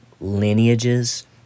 lineages